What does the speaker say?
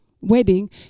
wedding